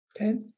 Okay